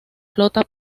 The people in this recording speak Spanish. flota